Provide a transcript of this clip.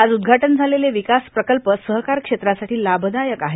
आज उदघाटन झालेले विकास प्रकल्प सहकार क्षेत्रासाठीं लाभदायक आहेत